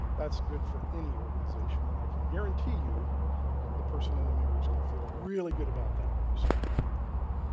that's good for any organization and i can guarantee you the person in the mirror is going to feel really good about that when you smile at them in the morning.